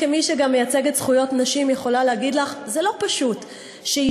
כמי שמייצגת זכויות נשים אני יכולה להגיד לך שזה לא פשוט שאישה,